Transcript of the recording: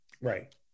Right